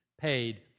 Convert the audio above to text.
paid